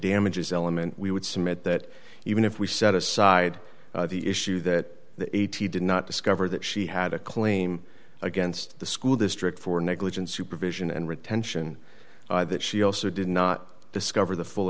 damages element we would submit that even if we set aside the issue that the eighty did not discover that she had a claim against the school district for negligent supervision and retention that she also did not discover the full